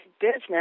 business